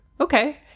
okay